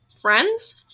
Friends